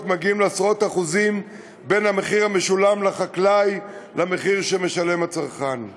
מגיעים לעשרות אחוזים בין המחיר המשולם לחקלאי למחיר שהצרכן משלם.